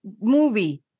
movie